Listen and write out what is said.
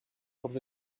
comme